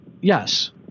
Yes